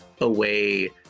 away